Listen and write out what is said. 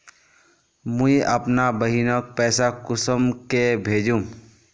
मुई अपना बहिनोक पैसा कुंसम के भेजुम?